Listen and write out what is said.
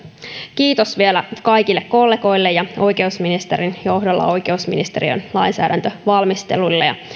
kiitos vielä kaikille kollegoille ja oikeusministerin johdolla oikeusministeriön lainsäädäntövalmistelulle